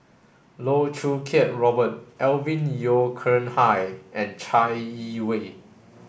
Loh Choo Kiat Robert Alvin Yeo Khirn Hai and Chai Yee Wei